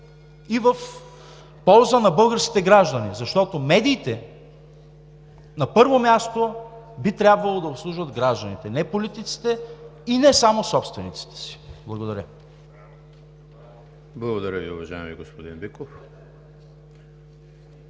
и в полза на българските граждани, защото медиите, на първо място, би трябвало да обслужват гражданите – не политиците и не само собствениците си. Благодаря. ПРЕДСЕДАТЕЛ ЕМИЛ ХРИСТОВ: Благодаря Ви, уважаеми господин Биков.